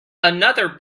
another